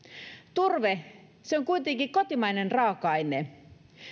turve on kuitenkin kotimainen raaka aine